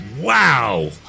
wow